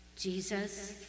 Jesus